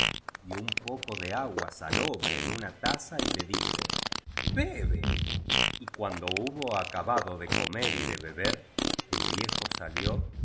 y un poco de agua salobre en una taza y le dijo bebe y cuando hubo acaba do de comer y de beber el viejo salió